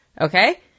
Okay